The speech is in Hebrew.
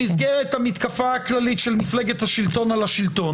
רגעים לא קלים במסגרת המתקפה הכללית של מפלגת השלטון על השלטון.